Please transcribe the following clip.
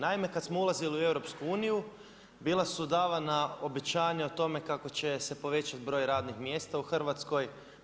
Naime, kad smo ulazili u EU, bila su davanja povećanja, o tome kako će se povećati broj radnih mjesta u Hrvatskoj.